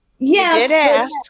Yes